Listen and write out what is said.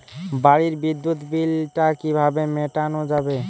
বাড়ির বিদ্যুৎ বিল টা কিভাবে মেটানো যাবে?